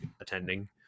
attending